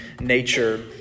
nature